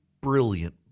brilliant